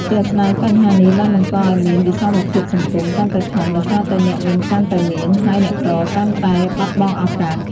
ជាក់ស្ដែង បញ្ហានេះបានបង្កឲ្យមាន វិសមភាពសង្គម កាន់តែធំ ដោយសារតែអ្នកមានកាន់តែមាន ហើយអ្នកក្រកាន់តែបាត់បង់ឱកាស។